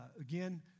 Again